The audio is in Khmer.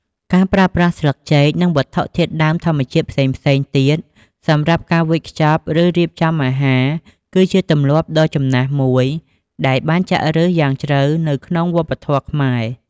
ការប្រើប្រាស់ស្លឹកចេក និងវត្ថុធាតុដើមធម្មជាតិផ្សេងៗទៀតសម្រាប់ការវេចខ្ចប់ ឬរៀបចំអាហារ គឺជាទម្លាប់ដ៏ចំណាស់មួយដែលបានចាក់ឫសយ៉ាងជ្រៅនៅក្នុងវប្បធម៌ខ្មែរ។